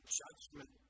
judgment